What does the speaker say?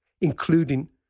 including